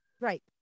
right